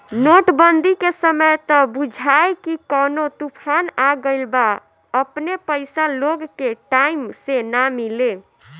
note बंदी के समय त बुझाए की कवनो तूफान आ गईल बा अपने पईसा लोग के टाइम से ना मिले